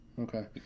Okay